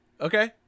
okay